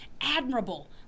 Admirable